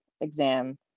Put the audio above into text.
exam